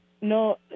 no